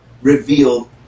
revealed